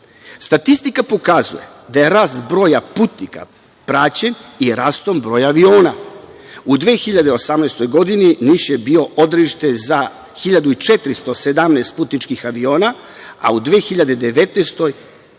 putnika. Statistika pokazuje da je rast broja putnika praćen i rastom brojem aviona, u 2018. godini Niš je bio odredište za hiljadu i 417 putničkih aviona, a u 2019. godini